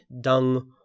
dung